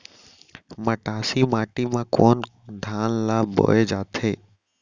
मटासी माटी मा कोन कोन धान ला बोये जाथे?